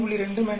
2 18